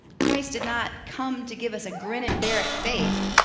christ did not come to give us a grin and bear it faith.